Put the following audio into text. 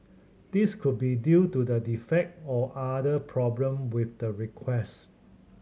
this could be due to the defect or other problem with the request